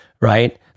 Right